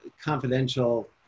confidential